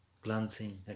glancing